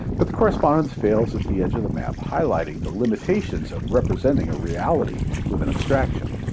but the correspondence fails at the edge of the map, highlighting the limitations of representing a reality with an abstraction.